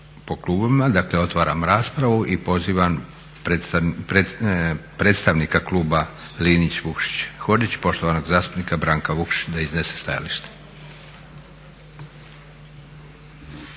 po klubovima. Dakle otvaram raspravu. Pozivam predstavnika kluba Linić, Vukšić, Hodžić, poštovanog zastupnika Branka Vukšića da iznese stajalište.